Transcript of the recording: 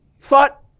thought